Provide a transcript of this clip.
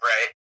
Right